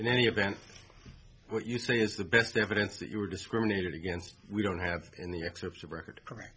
in any event what you say is the best evidence that you were discriminated against we don't have in the excerpts of record